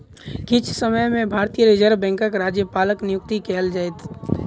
किछ समय में भारतीय रिज़र्व बैंकक राज्यपालक नियुक्ति कएल जाइत